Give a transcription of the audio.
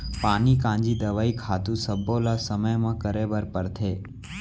पानी कांजी, दवई, खातू सब्बो ल समे म करे बर परथे